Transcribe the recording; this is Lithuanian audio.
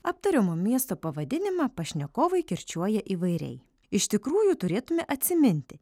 aptariamo miesto pavadinimą pašnekovai kirčiuoja įvairiai iš tikrųjų turėtume atsiminti